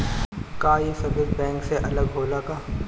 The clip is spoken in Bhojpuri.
का ये सर्विस बैंक से अलग होला का?